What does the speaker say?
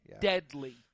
Deadly